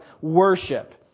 worship